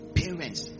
parents